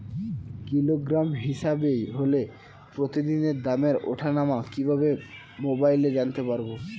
Kilogram হিসাবে হলে প্রতিদিনের দামের ওঠানামা কিভাবে মোবাইলে জানতে পারবো?